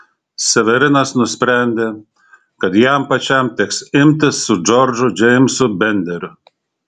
severinas nusprendė kad jam pačiam teks imtis su džordžu džeimsu benderiu